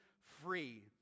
free